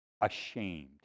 ashamed